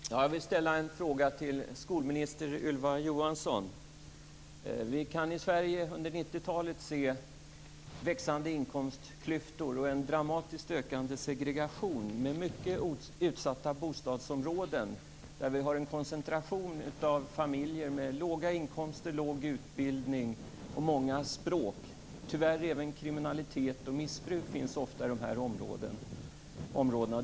Fru talman! Jag vill ställa en fråga till skolminister Vi kan i Sverige under 90-talet se växande inkomstklyftor och en dramatiskt ökande segregation med mycket utsatta bostadsområden, där vi har en koncentration av familjer med låga inkomster, låg utbildning och många språk. Tyvärr finns ofta även kriminalitet och missbruk i dessa områden.